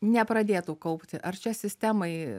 nepradėtų kaupti ar čia sistemai